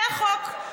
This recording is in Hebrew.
זה החוק.